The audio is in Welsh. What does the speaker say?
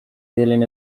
ddilyn